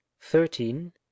thirteen